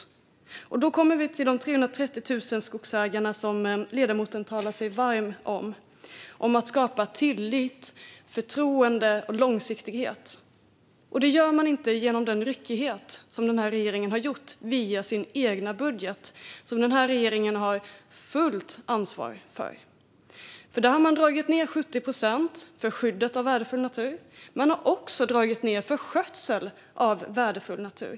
Ledamoten talade sig varm för de 330 000 skogsägarna och om att skapa tillit, förtroende och långsiktighet. Men det gör man inte genom den ryckighet som regeringen har skapat via sin budget, en budget som regeringen har fullt ansvar för. Man har dragit ned 70 procent på skyddet av värdefull natur. Man har också dragit ned på skötsel av värdefull natur.